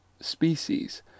species